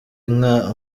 inka